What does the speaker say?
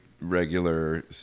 regular